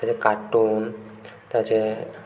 cartoon